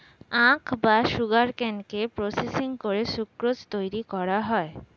আখ বা সুগারকেনকে প্রসেসিং করে সুক্রোজ তৈরি করা হয়